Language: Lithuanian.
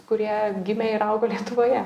kurie gimė ir augo lietuvoje